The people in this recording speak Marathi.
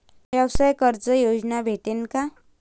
व्यवसाय कर्ज योजना भेटेन का?